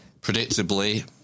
predictably